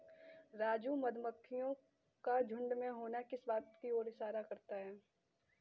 राजू मधुमक्खियों का झुंड में होना किस बात की ओर इशारा करता है?